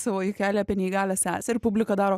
savo juokelį apie neįgalią sesę ir publika daro